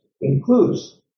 includes